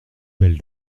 belle